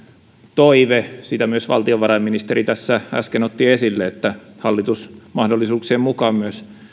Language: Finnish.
toive ja sitä myös valtiovarainministeri tässä äsken otti esille että hallitus mahdollisuuksien mukaan